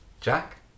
Jack